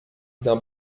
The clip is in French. d’un